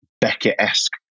beckett-esque